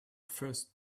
first